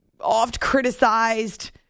oft-criticized